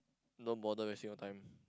don't bother wasting your time